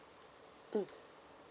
mm